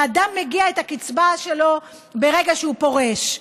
לאדם מגיעה הקצבה שלו ברגע שהוא פורש.